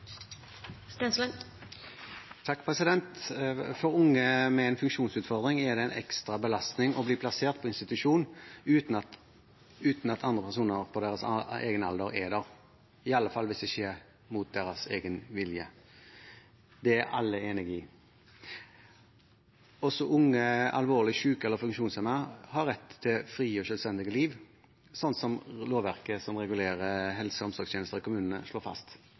det en ekstra belastning å bli plassert på institusjon uten at andre personer på deres egen alder er der, i alle fall hvis det skjer mot deres egen vilje. Det er alle enig i. Også unge alvorlig syke eller funksjonshemmede har rett til frie og selvstendige liv, noe lovverket som regulerer helse- og omsorgstjenester i kommunene, slår fast.